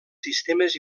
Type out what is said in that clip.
sistemes